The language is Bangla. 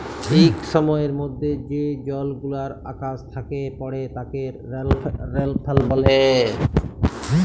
ইক সময়ের মধ্যে যে জলগুলান আকাশ থ্যাকে পড়ে তাকে রেলফল ব্যলে